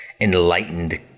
enlightened